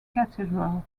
cathedral